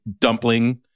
dumpling